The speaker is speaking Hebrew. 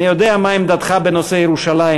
אני יודע מה עמדתך בנושא ירושלים,